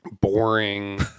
boring